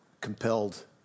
compelled